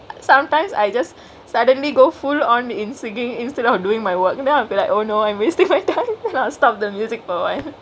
so sometimes I just suddenly go full on in singkingk instead of doingk my work and then I'll be like oh no I miss then I'll stop the music for awhile